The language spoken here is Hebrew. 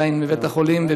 עדיין בבית-החולים.